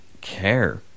care